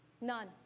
None